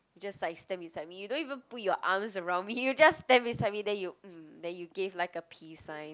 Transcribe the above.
just like stand beside me you don't even put your arms around me you just stand beside me then you then you give like a peace sign